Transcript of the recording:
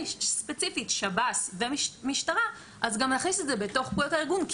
וספציפית כלפי שב"ס ומשטרה אז גם להכניס את זה בתוך פקודות הארגון,